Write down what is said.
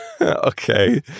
okay